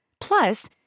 Plus